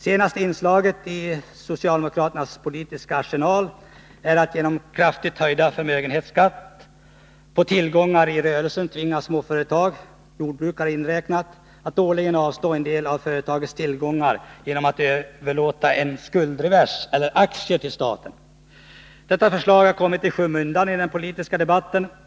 Det senaste inslaget i socialdemokraternas politiska arsenal är att genom kraftigt höjd förmögenhetsskatt på tillgångar i rörelsen tvinga småföretagaren/jordbrukaren att årligen avstå en del av företagets tillgångar genom att överlåta en skuldrevers eller aktier till staten. Detta förslag har kommit i skymundan i den politiska debatten.